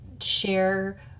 share